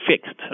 fixed